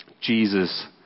jesus